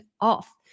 off